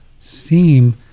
seem